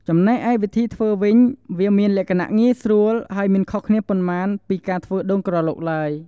ចំណែកឯវិធីធ្វើវិញ វាមានលក្ខណៈងាយស្រួល ហើយមិនខុសគ្នាប៉ុន្មានពីការធ្វើដូងក្រឡុកឡើយ។